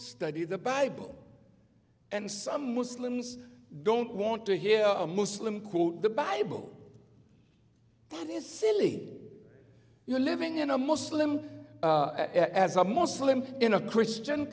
study the bible and some muslims don't want to hear a muslim quote the bible is silly you are living in a muslim as a muslim in a christian